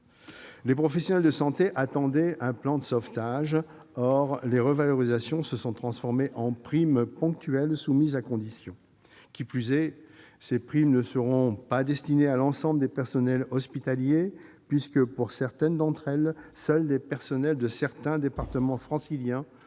Les professionnels de santé attendaient un plan de sauvetage. Or les revalorisations se sont transformées en primes ponctuelles, soumises à conditions. Qui plus est, ces primes ne seront pas destinées à l'ensemble des personnels hospitaliers : certaines d'entre elles ne concerneront que les personnels de quelques départements franciliens.